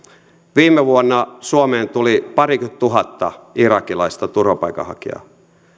viime vuonna suomeen tuli parikymmentätuhatta irakilaista turvapaikanhakijaa